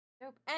Nope